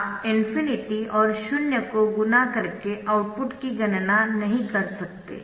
आप ∞ और शून्य को गुणा करके आउटपुट की गणना नहीं कर सकते